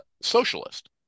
socialist